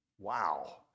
Wow